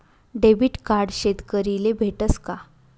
Debit card शेतकरीले भेटस का?